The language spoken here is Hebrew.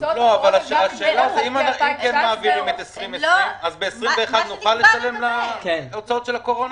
אם לא יעבור תקציב 2020